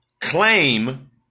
claim